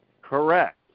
Correct